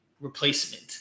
Replacement